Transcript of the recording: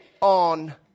on